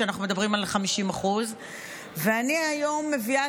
כשאנחנו מדברים על 50%. היום אני מביאה